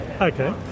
okay